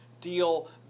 deal